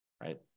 right